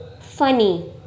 funny